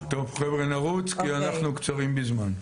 טוב, חבר'ה נרוץ, כי אנחנו קצרים בזמן.